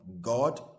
God